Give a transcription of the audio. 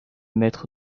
mettre